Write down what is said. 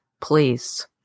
please